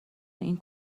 این